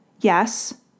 yes